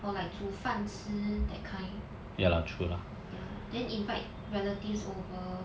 or like 煮饭吃 that kind ya then invite relatives over